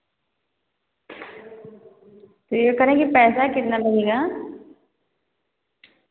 तो यह करें कि पैसा कितना लगेगा